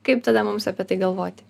kaip tada mums apie tai galvoti